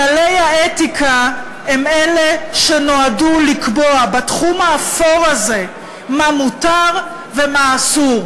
כללי האתיקה הם אלה שנועדו לקבוע בתחום האפור הזה מה מותר ומה אסור.